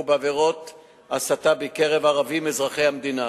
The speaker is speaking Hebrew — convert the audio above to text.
בעבירות הסתה בקרב הערבים אזרחי המדינה,